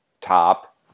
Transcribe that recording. top